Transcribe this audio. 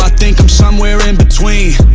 ah think i'm somewhere in-between